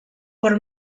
por